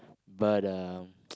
but um